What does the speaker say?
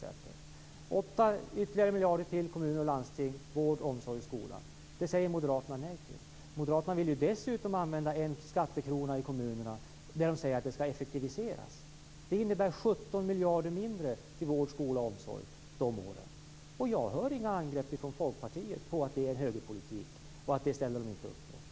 Moderaterna säger nej till ytterligare 8 miljarder till kommuner och landsting, till vård, omsorg och skola. Moderaterna vill dessutom använda en skattekrona i kommunerna till effektiviseringar. Det innebär 17 miljarder mindre till vård, skola och omsorg under de åren. Jag hör ingen från Folkpartiet angripa Moderaterna för denna högerpolitik, jag hör ingen säga att man inte ställer upp på detta.